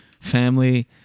family